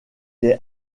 est